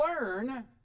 learn